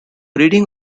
reading